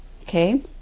Okay